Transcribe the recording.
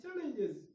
challenges